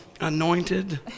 anointed